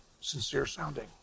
sincere-sounding